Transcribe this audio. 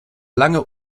lange